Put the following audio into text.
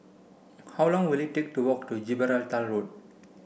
how long will it take to walk to Gibraltar Road